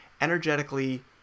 energetically